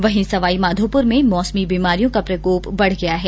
वहीं सवाईमाधोपुर में मौसमी बीमारियों का प्रकोप बढ़ गया है